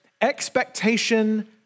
expectation